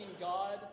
God